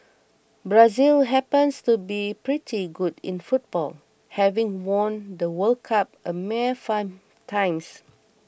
Brazil happens to be pretty good in football having won the World Cup a mere five times